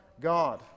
God